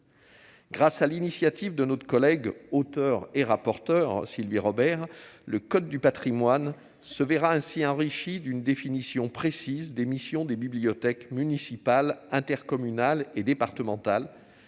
Grâce à l'initiative de notre collègue auteure et rapporteure Sylvie Robert, le code du patrimoine se verra ainsi enrichi d'une définition précise des missions des bibliothèques municipales, intercommunales et départementales,